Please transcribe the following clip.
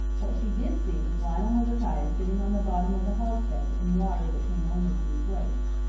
what she did see was lionel hezekiah sitting on the bottom of the hogshead in water that came only to his waist.